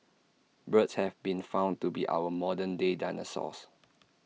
birds have been found to be our modern day dinosaurs